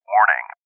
Warning